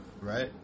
right